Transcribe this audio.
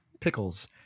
pickles